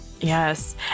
Yes